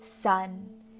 sun